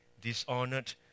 dishonored